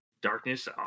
darkness